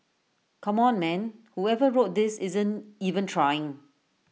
come on man whoever wrote this isn't even trying